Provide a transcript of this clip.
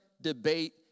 debate